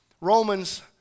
Romans